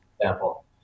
example